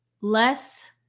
less